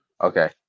Okay